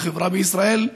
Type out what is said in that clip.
לחברה בישראל.